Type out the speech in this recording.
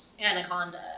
anaconda